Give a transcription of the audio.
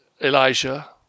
Elijah